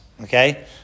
okay